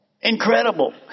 Incredible